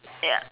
ya